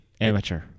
Amateur